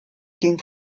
ging